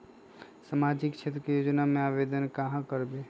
सामाजिक क्षेत्र के योजना में आवेदन कहाँ करवे?